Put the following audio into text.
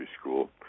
School